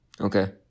Okay